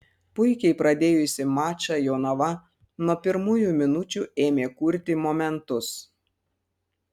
puikiai pradėjusi mačą jonava nuo pirmųjų minučių ėmė kurti momentus